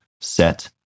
set